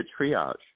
triage